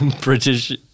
British